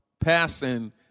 passing